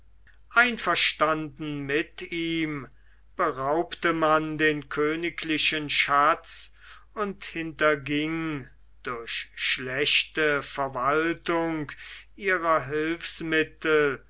einverstanden mit ihm beraubte man den königlichen schatz und hinterging durch schlechte verwaltung ihrer hilfsmittel